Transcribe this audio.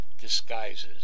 disguises